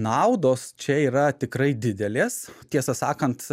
naudos čia yra tikrai didelės tiesą sakant